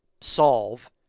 solve